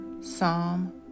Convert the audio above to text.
Psalm